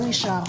מה נשאר?